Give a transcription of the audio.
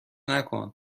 نکن